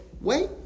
wait